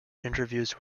interviews